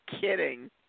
kidding